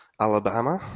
Alabama